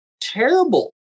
terrible